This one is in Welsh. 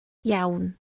iawn